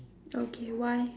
okay why